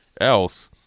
else